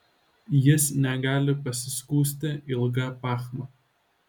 jis negali pasiskųsti ilga pachma